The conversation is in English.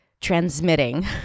transmitting